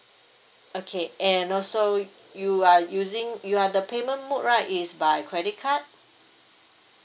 okay and also you are using you are the payment mode right is by credit card